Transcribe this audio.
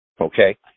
okay